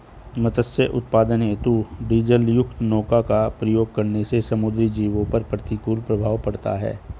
मत्स्य उत्पादन हेतु डीजलयुक्त नौका का प्रयोग होने से समुद्री जीवों पर प्रतिकूल प्रभाव पड़ता है